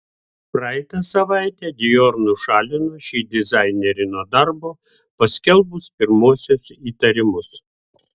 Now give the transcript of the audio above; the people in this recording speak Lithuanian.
praeitą savaitę dior nušalino šį dizainerį nuo darbo paskelbus pirmuosius įtarimus